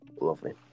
Lovely